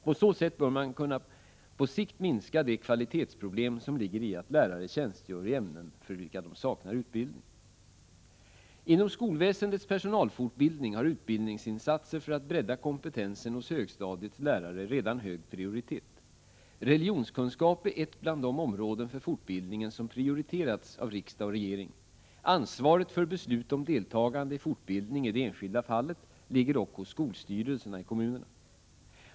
På så sätt bör man på sikt kunna minska det kvalitetsproblem som ligger i att lärare tjänstgör i ämnen för vilka de saknar utbildning. Inom skolväsendets personalfortbildning har utbildningsinsatser för att bredda kompetensen hos högstadiets lärare redan hög prioritet. Religionskunskap är ett bland de områden för fortbildningen som prioriterats av riksdag och regering. Ansvaret för beslut om deltagande i fortbildning i det enskilda fallet ligger dock hos skolstyrelserna i kommunerna.